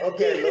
Okay